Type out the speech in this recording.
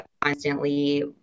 constantly